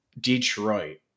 Detroit